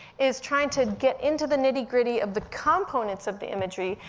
is trying to get into the nitty gritty of the components of the imagery,